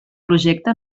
projecte